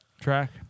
track